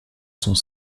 sont